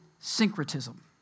syncretism